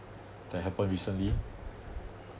that happen recently